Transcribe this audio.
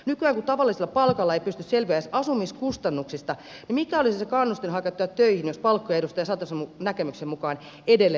nykyään kun tavallisella palkalla ei pysty selviämään edes asumiskustannuksista niin mikä olisi se kannustin hakeutua töihin jos palkkoja edustaja satosen näkemyksen mukaan edelleen laskettaisiin